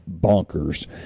bonkers